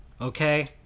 okay